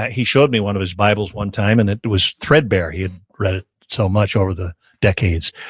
he showed me one of his bibles one time, and it was threadbare, he had read it so much over the decades.